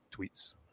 tweets